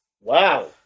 Wow